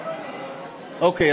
אוקיי,